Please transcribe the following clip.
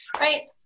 Right